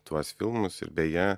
tuos filmus ir beje